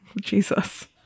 Jesus